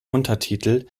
untertitel